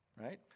right